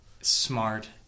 smart